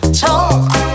talk